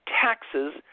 taxes